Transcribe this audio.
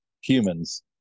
humans